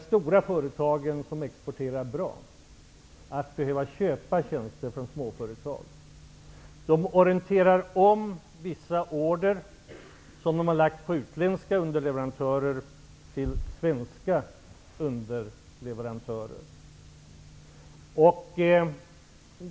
Stora företag som exporterar bra kommer att behöva köpa tjänster från småföretag. De orienterar om vissa order som de har lagt på utländska underleverantörer till svenska underleverantörer.